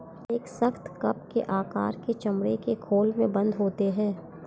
यह एक सख्त, कप के आकार के चमड़े के खोल में बन्द होते हैं